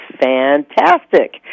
fantastic